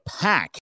pack